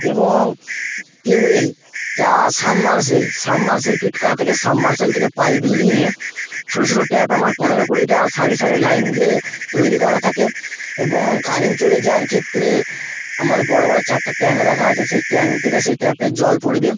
এবং টিউবওয়েল যা submersible submersible fit করা থাকে সাবমারসিবল থেকে পাইপ নিয়ে ছোটো ছোটো ট্যাপ আমার পনেরো কুড়িটা সারি সারি লাইন দিয়ে তৈরি করা থাকে এবং কারেন চলে যাওয়ার ক্ষেত্রে আমার বড়ো বড়ো চারটা ট্যাংক রাখা আছে সেই ট্যাংক থেকে সেই ট্যাপে জল পড়বে